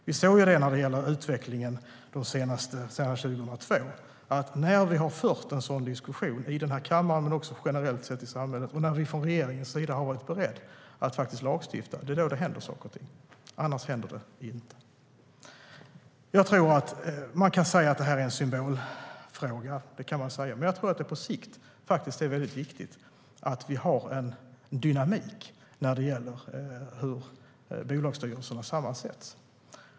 Vi har sett det i utvecklingen sedan 2002, nämligen att när vi har fört en sådan diskussion här i kammaren men också generellt i samhället och när vi från regeringens sida har varit beredda att faktiskt lagstifta, då händer det saker och ting. Annars händer det inte. Man kan säga att det här är en symbolfråga. Men jag tror att det på sikt är väldigt viktigt att vi har en dynamik när det gäller hur bolagsstyrelserna sammansätts.